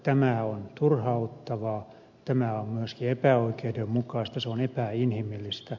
tämä on turhauttavaa tämä on myöskin epäoikeudenmukaista se on epäinhimillistä